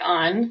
on